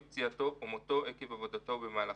פציעתו או מותו עקב עבודתו ובמהלכה.